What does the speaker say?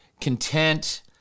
content